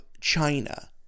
China